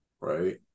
right